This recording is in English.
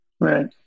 right